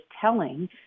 telling